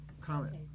comment